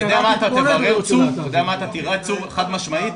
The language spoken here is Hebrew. אתה יודע מה אתה תראה, צור, חד משמעית?